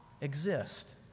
exist